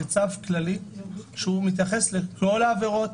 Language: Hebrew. זה צו כללי שמתייחס לתנועה לעבירות,